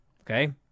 Okay